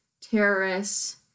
terrorists